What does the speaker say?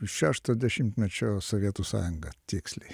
šešto dešimtmečio sovietų sąjunga tiksliai